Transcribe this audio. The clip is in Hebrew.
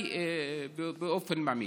באופן מעמיק.